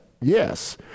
yes